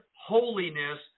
holiness